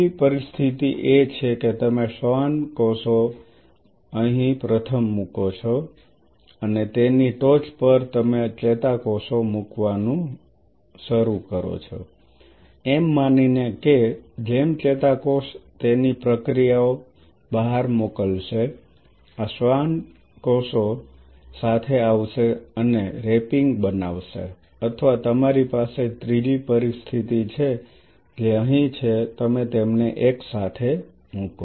બીજી પરિસ્થિતિ એ છે કે તમે શ્વાન કોષોને અહીં પ્રથમ મુકો છો અને તેની ટોચ પર તમે ચેતાકોષો મૂકવાનું શરૂ કરો છો એમ માનીને કે જેમ ચેતાકોષ તેની પ્રક્રિયાઓ બહાર મોકલશે આ શ્વાન કોષો સાથે આવશે અને રેપિંગ બનાવશે અથવા તમારી પાસે ત્રીજી પરિસ્થિતિ છે જે અહીં છે તમે તેમને એકસાથે મૂકો